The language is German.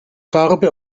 farbe